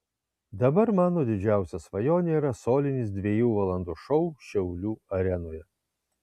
dabar mano didžiausia svajonė yra solinis dviejų valandų šou šiaulių arenoje